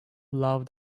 loved